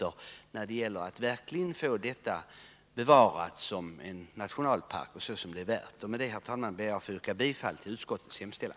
Med det, herr talman, ber jag att få yrka bifall till utskottets hemställan.